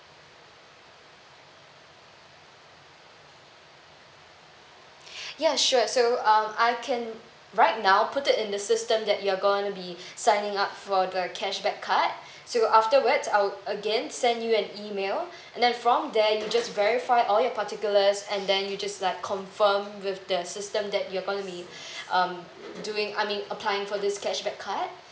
ya sure so um I can right now put it in the system that you are going to be signing up for the cashback card so afterwards I'll again send you an email and then from there you just verify all your particulars and then you just like confirm with the system that your are going to be um doing I mean applying for this cashback card